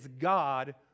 God